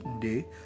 day